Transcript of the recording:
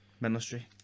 Ministry